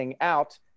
out